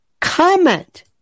comment